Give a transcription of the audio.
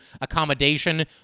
accommodation